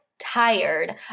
tired